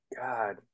God